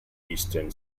eastern